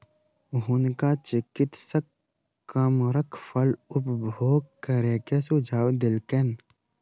हुनका चिकित्सक कमरख फल उपभोग करै के सुझाव देलकैन